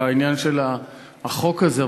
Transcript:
בעניין של החוק הזה,